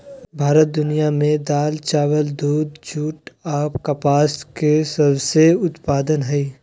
भारत दुनिया में दाल, चावल, दूध, जूट आ कपास के सबसे उत्पादन हइ